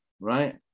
right